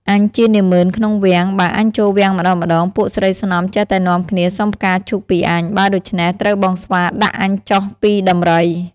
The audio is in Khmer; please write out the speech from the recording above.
អញជានាម៉ឺនក្នុងវាំង បើអញចូលវាំងម្តងៗ ពួកស្រីស្នំចេះតែនាំគ្នាសុំផ្កាឈូកពីអញ។ បើដូច្នេះ ត្រូវបងស្វាដាក់អញចុះពីដំរី"។